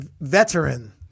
veteran